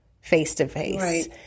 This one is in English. face-to-face